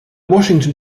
washington